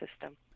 system